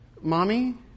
Mommy